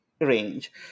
range